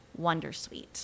wondersuite